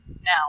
now